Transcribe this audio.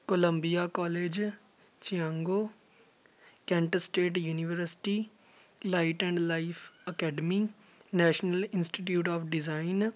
Columbia college Chicago kent state university light and life academy national institute of design